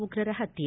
ಉಗ್ರರ ಹತ್ನೆ